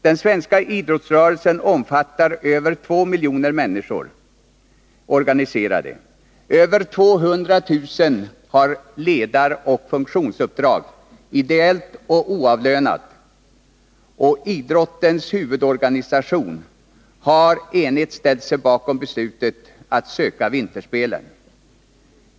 Den svenska idrottsrörelsen omfattar över 2 miljoner organiserade människor, över 200 000 har ledaroch funktionärsuppdrag, ideellt och oavlönat, och idrottens huvudorganisation har enigt ställt sig bakom beslutet att söka vinterspelen.